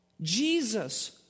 Jesus